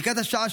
לקראת השעה